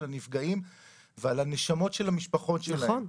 הנפגעים ועל הנשמות של המשפחות שלהם.